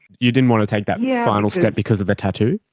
you didn't want to take that yeah final step because of the tattoo?